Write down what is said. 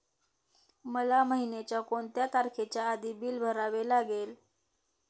मला महिन्याचा कोणत्या तारखेच्या आधी बिल भरावे लागेल?